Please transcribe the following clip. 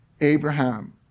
Abraham